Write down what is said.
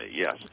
Yes